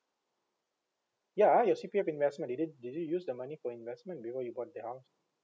ya your C_P_F investment did it did you use the money for investment before you bought that house